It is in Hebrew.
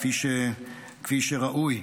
כפי שראוי,